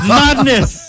madness